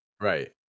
Right